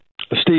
Steve